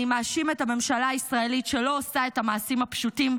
אני מאשים את הממשלה הישראלית שלא עושה את המעשים הפשוטים,